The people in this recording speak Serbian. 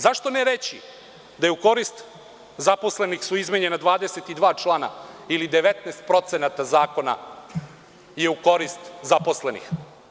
Zašto ne reći da je u korist zaposlenih su izmenjena 22 člana ili 19% zakona je u korist zaposlenih.